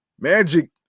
Magic